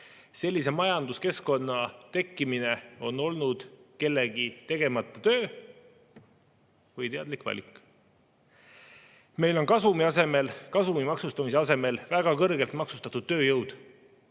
Sellise majanduskeskkonna tekkimine on kellegi tegemata töö või teadlik valik. Meil on kasumi maksustamise asemel väga kõrgelt maksustatud tööjõud,